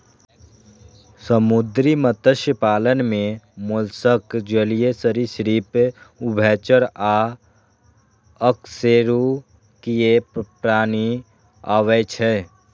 समुद्री मत्स्य पालन मे मोलस्क, जलीय सरिसृप, उभयचर आ अकशेरुकीय प्राणी आबै छै